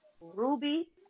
ruby